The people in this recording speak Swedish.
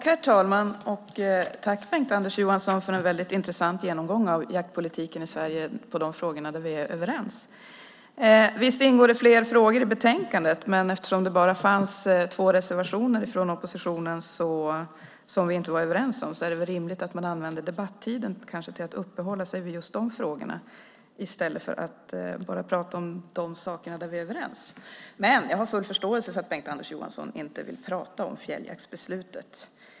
Herr talman! Tack Bengt-Anders Johansson för en väldigt intressant genomgång av jaktpolitiken i Sverige i de frågor där vi är överens. Visst ingår det flera frågor i betänkandet, men eftersom det bara finns två reservationer från oppositionen som vi inte är överens om är det väl rimligt att använda debattiden till att uppehålla sig vid just de frågorna i stället för att bara prata om de saker som vi är överens om. Men jag har full förståelse för att Bengt-Anders Johansson inte vill prata om fjälljaktsbeslutet.